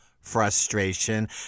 frustration